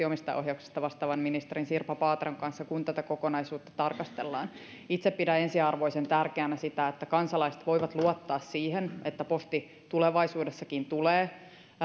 omistajaohjauksesta vastaavan ministerin sirpa paateron kanssa kun tätä kokonaisuutta tarkastellaan itse pidän ensiarvoisen tärkeänä sitä että kansalaiset voivat luottaa siihen että posti tulevaisuudessakin tulee